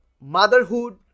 Motherhood